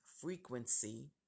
frequency